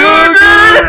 Sugar